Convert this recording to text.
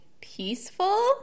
peaceful